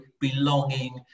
belonging